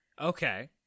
Okay